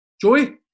Joey